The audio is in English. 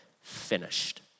finished